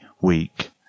week